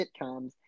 sitcoms